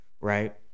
right